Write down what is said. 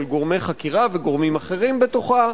של גורמי חקירה וגורמים אחרים בתוכה,